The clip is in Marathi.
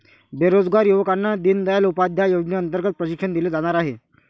बेरोजगार युवकांना दीनदयाल उपाध्याय योजनेअंतर्गत प्रशिक्षण दिले जाणार आहे